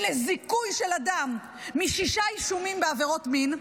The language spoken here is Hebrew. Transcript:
לזיכוי של אדם משישה אישומים בעבירות מין,